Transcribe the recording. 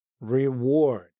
reward